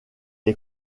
est